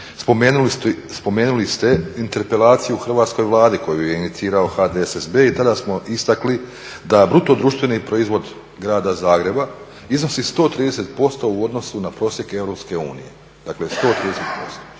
spomenuli ste interpelaciju hrvatskoj Vladi koju je inicirao HDSSB i tada smo istakli da bruto društveni proizvod grada Zagreba iznosi 130% u odnosu na prosjek Europske